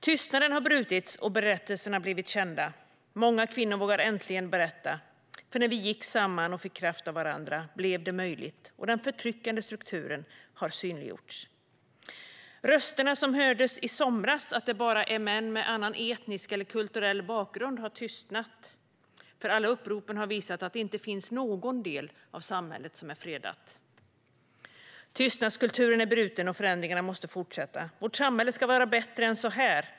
Tystnaden har brutits och berättelserna har blivit kända. Många kvinnor vågar äntligen berätta. För när vi gick samman och fick kraft av varandra blev det möjligt. De förtryckande strukturerna har synliggjorts. Rösterna som hördes i somras om att det bara gäller män med annan etnisk eller kulturell bakgrund har tystnat. Alla uppropen har visat att det inte finns någon del av samhället som är fredad. Tystnadskulturen är bruten och förändringarna måste fortsätta. Vårt samhälle ska vara bättre än så här.